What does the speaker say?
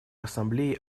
ассамблеи